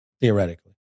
Theoretically